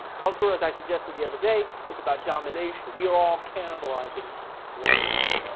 culture, as i suggested the other day, is about domination. we are all cannibalizing one another.